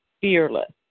fearless